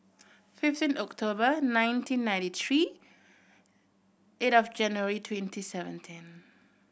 fifteen October nineteen ninety three eight of January twenty seventeen